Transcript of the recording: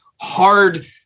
hard